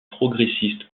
progressiste